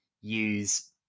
use